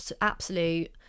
absolute